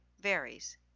varies